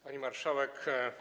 Pani Marszałek!